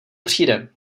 přijde